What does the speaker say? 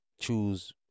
choose